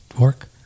work